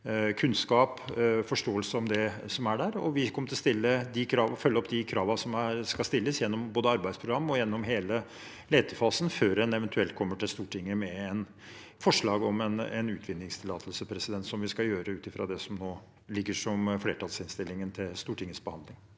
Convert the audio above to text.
kunnskap og forståelse om det som er der. Vi kommer til å følge opp de kravene som skal stilles, både gjennom arbeidsprogram og gjennom hele letefasen, før en eventuelt kommer til Stortinget med et forslag om en utvinningstillatelse, som vi skal gjøre ut fra det som nå ligger som flertallsinnstillingen til Stortingets behandling.